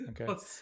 Okay